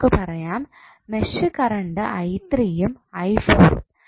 നമുക്ക് പറയാം mesh current യും ഉം